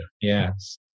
Yes